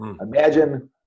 Imagine